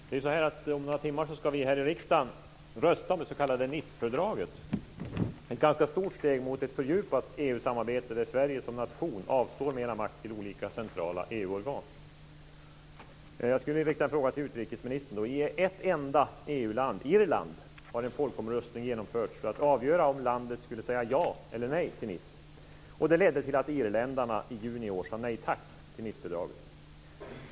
Fru talman! Om några timmar ska vi här i riksdagen rösta om det s.k. Nicefördraget, ett ganska stort steg mot ett fördjupat EU-samarbete där Sverige som nation avstår mera makt till olika centrala EU-organ. Jag skulle vilja rikta min fråga till utrikesministern. I ett enda EU-land, Irland, har en folkomröstning genomförts för att avgöra om landet skulle säga ja eller nej till Nicefördraget. Det ledde till att irländarna i juni i år sade nej tack till Nicefördraget.